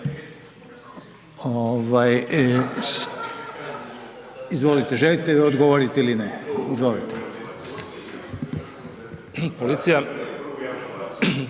Izvolite. Želite li odgovoriti ili ne? Izvolite.